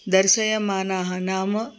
दर्शयमानाः नाम